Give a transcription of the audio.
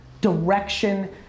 direction